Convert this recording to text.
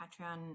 Patreon